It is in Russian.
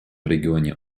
регионе